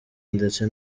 ndetse